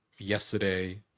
yesterday